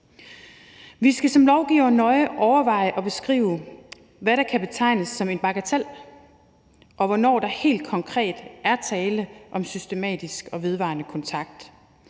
Vi skal som lovgivere nøje overveje at beskrive, hvad der kan betegnes som en bagatel, og hvornår der helt konkret er tale om systematisk og vedvarende kontakt,